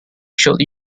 should